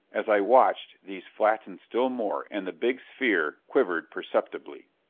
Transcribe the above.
as i watched these flattened still more and the big sphere quivered perceptibly.